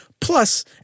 plus